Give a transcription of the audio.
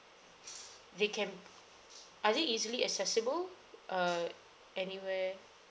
they can are they easily accessible uh anywhere